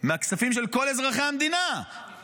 מהכספים של כל אזרחי המדינה,